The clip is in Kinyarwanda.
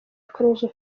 college